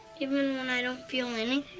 even when i don't feel anything?